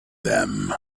them